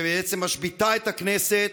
שבעצם משביתה את הכנסת,